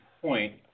point